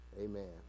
Amen